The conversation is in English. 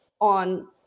on